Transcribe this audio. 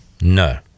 No